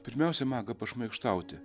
pirmiausia maga pašmaikštauti